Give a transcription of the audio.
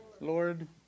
Lord